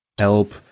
help